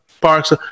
parks